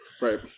Right